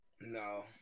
No